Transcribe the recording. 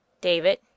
david